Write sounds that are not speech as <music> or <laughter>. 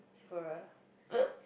Sephora <noise>